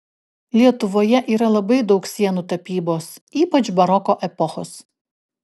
lietuvoje yra labai daug sienų tapybos ypač baroko epochos